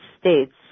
States